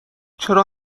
چرا